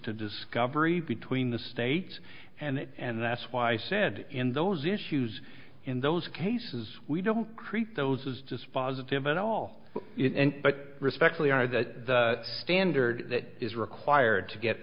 to discovery between the states and that's why i said in those issues in those cases we don't create those as dispositive and all but respectfully are the standard that is required to get